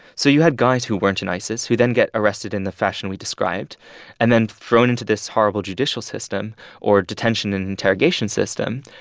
so you had guys who weren't in isis who then get arrested in the fashion we described and then thrown into this horrible judicial system or detention and interrogation system.